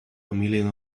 million